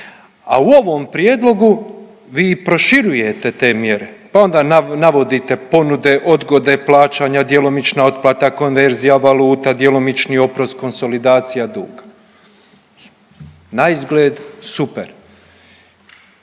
a u ovom prijedlogu vi proširujete te mjere pa onda navodite ponude, odgode plaćanja, djelomična otplata konverzija, valuta, djelomični oprost, konsolidacija duga. Naizgled super.